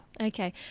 Okay